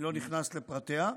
אני לא נכנס לפרטיה,